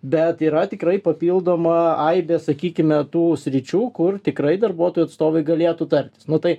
bet yra tikrai papildoma aibė sakykime tų sričių kur tikrai darbuotojų atstovai galėtų tartis nu tai